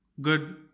good